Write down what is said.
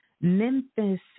Memphis